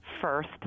first